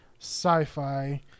sci-fi